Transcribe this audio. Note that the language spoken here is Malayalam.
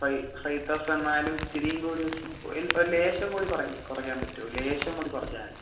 ഫൈ ഫൈവ് തൗസണ്ടെന്നാലും ഇച്ചിരിയും കൂടി ഒരു ലേശംകൂടി കുറക്ക് കുറക്കാൻ പറ്റോ ഒരു ലേശംകൂടി കുറച്ചാൽ മതി